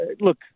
Look